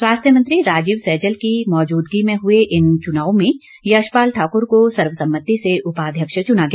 स्वास्थ्य मंत्री राजीव सैजल की उपस्थिति में हुए इन चुनावों में यशपाल ठाकुर को सर्वसम्मति से उपाध्यक्ष चुना गया